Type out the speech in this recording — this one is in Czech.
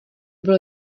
bylo